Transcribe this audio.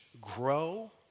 grow